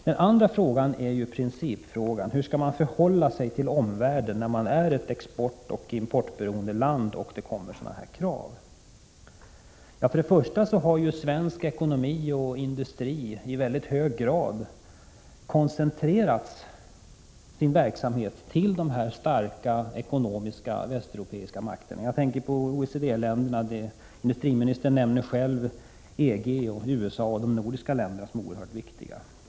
Den andra frågan är alltså av principiell natur: Hur skall ett exportoch importberoende land förhålla sig till omvärlden när det kommer sådana här krav? Först och främst har ju svensk ekonomi och industri i hög grad koncentrerat sin verksamhet till de ekonomiskt starka västeuropeiska makterna. Jag tänker på OECD-länderna; industriministern nämnde själv EG, USA och de nordiska länderna som oerhört viktiga.